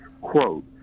Quote